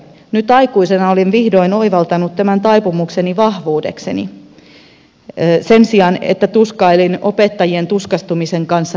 nyt aikuisena olen vihdoin oivaltanut tämän taipumukseni vahvuudekseni sen sijaan että tuskailin opettajien tuskastumisen kanssa vuoroin